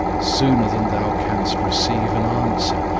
sooner than thou canst receive an answer,